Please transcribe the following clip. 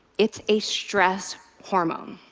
it's a stress hormone.